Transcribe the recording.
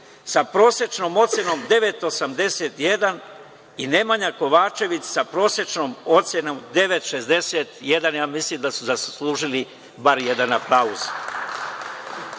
sa prosečnom ocenom 9,81, i Nemanja Kovačević, sa prosečnom ocenom 9,61, mislim da su zaslužili bar jedan aplauz. Ono